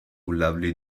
lovely